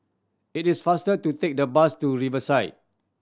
it is faster to take the bus to Riverside